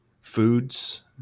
Foods